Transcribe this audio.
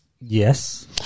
yes